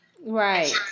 Right